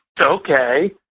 okay